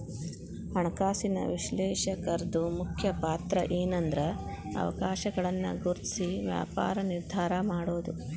ಹಣಕಾಸಿನ ವಿಶ್ಲೇಷಕರ್ದು ಮುಖ್ಯ ಪಾತ್ರಏನ್ಂದ್ರ ಅವಕಾಶಗಳನ್ನ ಗುರ್ತ್ಸಿ ವ್ಯಾಪಾರ ನಿರ್ಧಾರಾ ಮಾಡೊದು